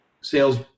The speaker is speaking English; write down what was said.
sales